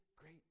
great